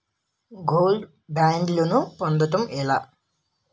Gold బ్యాండ్లను పొందటం ఎలా?